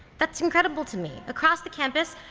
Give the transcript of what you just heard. that's incredible to me. across the campus,